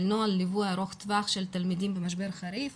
נוהל ליווי ארוך טווח של תלמידים במשבר חריף.